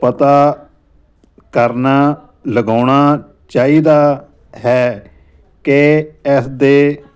ਪਤਾ ਕਰਨਾ ਲਗਾਉਣਾ ਚਾਹੀਦਾ ਹੈ ਕਿ ਇਸ ਦੇ